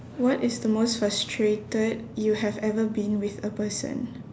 what is the most frustrated you have ever been with a person